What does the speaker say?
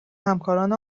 همکاران